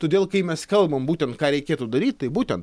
todėl kai mes kalbam būtent ką reikėtų daryt tai būtent